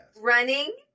Running